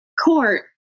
court